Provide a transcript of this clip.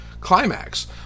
climax